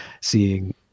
seeing